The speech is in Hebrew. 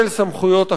של סמכויות אכיפה,